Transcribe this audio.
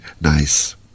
nice